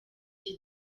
iki